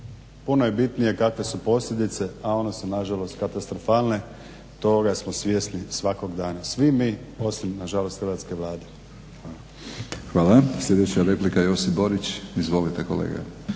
Puno je bitnije kakve su posljedice, a one su na žalost katastrofalne. Toga smo svjesni svakog dana svi mi osim na žalost hrvatske Vlade. **Batinić, Milorad (HNS)** Hvala. Sljedeća je replika Josip Borić. Izvolite kolega.